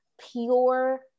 pure